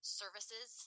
services